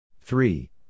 three